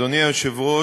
אני מצטער,